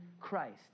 Christ